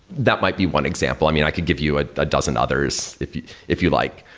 that might be one example. i mean, i can give you ah a dozen others if you if you like.